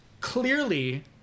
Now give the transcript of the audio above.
clearly